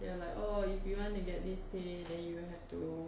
they are like oh if you want to get this pay then you will have to